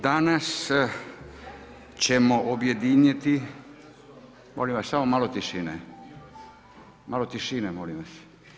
Danas ćemo objediniti, molim vas samo malo tišine, malo tišine, molim vas.